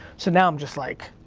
so now i'm just like,